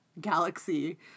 galaxy